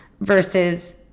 versus